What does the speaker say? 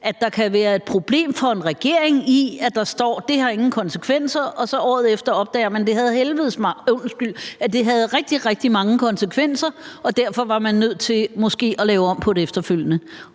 at der kan være et problem for en regering i, at der står, at det ingen konsekvenser har, og man så året efter opdager, at det havde rigtig, rigtig mange konsekvenser og man derfor var nødt til måske at lave om på det efterfølgende.